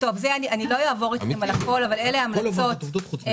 לא אעבור אתכם על הכול אבל אלה המלצות בין-לאומיות